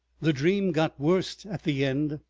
the dream got worst at the end.